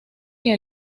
que